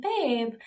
babe